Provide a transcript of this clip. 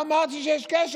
לא אמרתי שיש קשר.